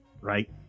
Right